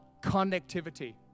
connectivity